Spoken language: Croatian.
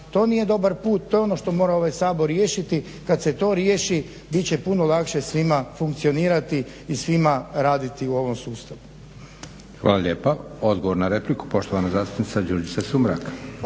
To nije dobar put, to je ono što mora ovaj Sabor riješiti. Kad se to riješi bit će puno lakše svima funkcionirati i svima raditi u ovom sustavu. **Leko, Josip (SDP)** Hvala lijepa. Odgovor na repliku, poštovana zastupnica Đurđica Sumrak.